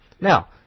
Now